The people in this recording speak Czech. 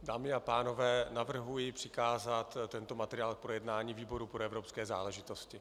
Dámy a pánové, navrhuji přikázat tento materiál k projednání výboru pro evropské záležitosti.